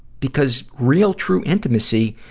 because real, true intimacy,